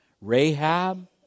Rahab